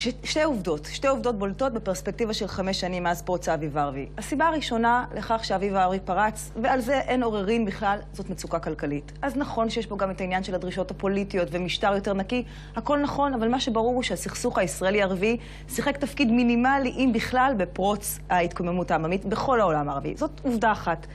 שתי עובדות. שתי עובדות בולטות בפרספקטיבה של חמש שנים מאז פרוץ האביב הערבי. הסיבה הראשונה לכך שאביב הערבי פרץ, ועל זה אין עוררין בכלל, זאת מצוקה כלכלית. אז נכון שיש פה גם את העניין של הדרישות הפוליטיות ומשטר יותר נקי, הכל נכון, אבל מה שברור הוא שהסכסוך הישראלי-ערבי שיחק תפקיד מינימלי עם בכלל בפרוץ ההתקוממות העממית בכל העולם הערבי. זאת עובדה אחת.